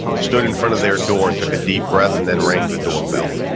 stood in front of their door and took a deep breath and then rang the doorbell.